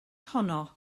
honno